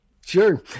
Sure